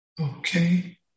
Okay